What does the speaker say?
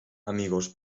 amigos